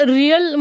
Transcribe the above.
real